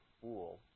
fool